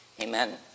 Amen